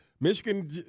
Michigan